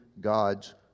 God's